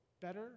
better